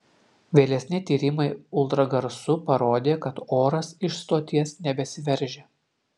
vėlesni tyrimai ultragarsu parodė kad oras iš stoties nebesiveržia